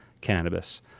cannabis